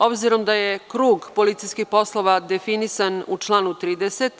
Obzirom da je krug policijskih poslova definisan u članu 30.